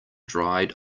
dried